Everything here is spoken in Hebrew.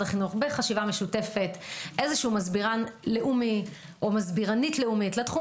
החינוך בחשיבה משותפת מסבירן או מסבירנית לאומית לתחום